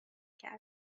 کرد